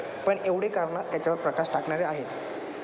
पण एवढे कारणं याच्यावर प्रकाश टाकणारे आहेत